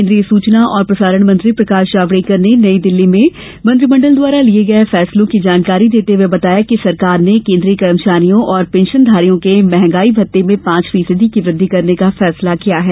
केन्द्रीय सूचना एवं प्रसारण मंत्री प्रकाश जावड़कर ने नई दिल्ली में मंत्रिमण्डल द्वारा लिये गये फैसलों की जानकारी देते हुए बताया कि सरकार ने केन्द्रीय कर्मचारियों और पेंशनधारियों के मंहगाई भत्ते में पांच फीसदी की वृद्धि करने का फैसला किया है